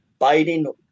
Biden